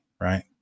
right